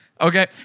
Okay